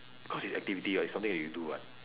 cause it's activity [what] it's something that you do [what]